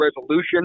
resolution